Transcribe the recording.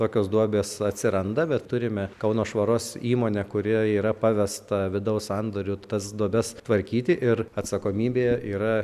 tokios duobės atsiranda bet turime kauno švaros įmonę kuriai yra pavesta vidaus sandoriu tas duobes tvarkyti ir atsakomybė yra